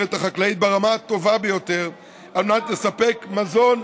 חקלאית ברמה הטובה ביותר על מנת לספק מזון,